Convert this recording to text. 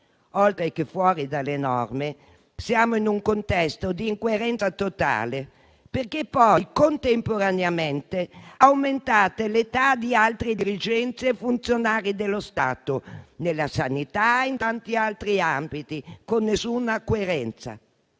Oltre che fuori dalle norme, siamo in un contesto di incoerenza totale, perché poi contemporaneamente aumentate l'età di altri dirigenti e funzionari dello Stato nella sanità e in tanti altri ambiti, con nessuna coerenza.